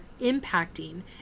impacting